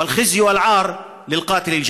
תפארת וחיי נצח לשהיד מוחמד טאהא וחרפה וקלון לרוצח הפחדן.)